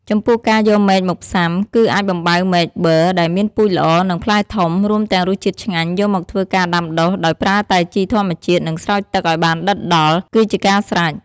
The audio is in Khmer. ចំពោះការយកមែកមកផ្សាំ គឺអាចបំបៅមែកប័រ ដែលមានពូជល្អ និងផ្លែធំ រួមទាំងរសជាតិឆ្ងាញ់ យកមកធ្វើការដាំដុះ ដោយប្រើតែជីធម្មជាតិ និងស្រោចទឹកឲ្យបានដិតដល់ គឺជាការស្រេច។